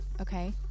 okay